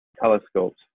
telescopes